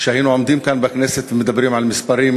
שהיינו עומדים כאן בכנסת ומדברים על מספרים